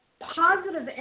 positive